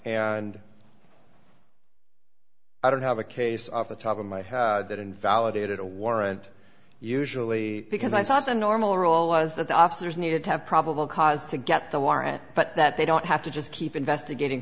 and i don't have a case of the top of my head that invalidated a warrant usually because i thought a normal rule was that the officers needed to have probable cause to get the warrant but that they don't have to just keep investigating